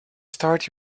start